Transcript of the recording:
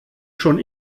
schon